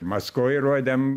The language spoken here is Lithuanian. maskvoj rodėm